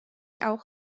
auch